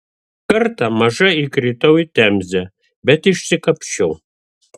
kartą maža įkritau į temzę bet išsikapsčiau